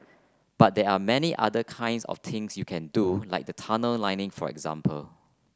but there are many other kinds of things you can do like the tunnel lining for example